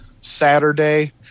Saturday